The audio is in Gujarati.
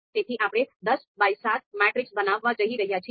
તેથી આપણે 10 X 7 મેટ્રિક્સ બનાવવા જઈ રહ્યા છીએ